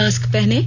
mask पहनें